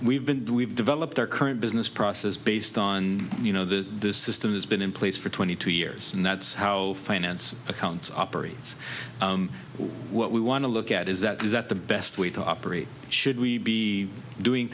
we've been we've developed our current business process based on you know the system has been in place for twenty two years and that's how finance accounts that's what we want to look at is that is that the best way to operate should we be doing